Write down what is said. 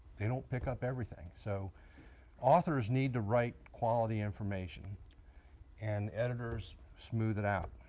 they don't pick up everything. so authors need to write quality information and editors smooth it out.